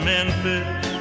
Memphis